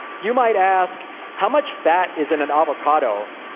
you might ask how much fat is in an avocado?